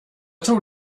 tror